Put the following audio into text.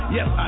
Yes